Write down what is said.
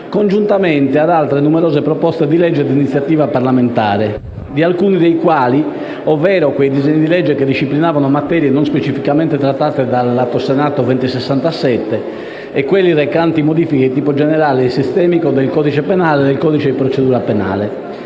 congiuntamente ad altre numerose disegni di legge di iniziativa parlamentare, di alcuni dei quali (ovvero quelli che disciplinavano materie non specificamente trattate dall'Atto Senato 2067 e quelli recanti modifiche di tipo generale e sistemico del codice penale e del codice di procedura penale)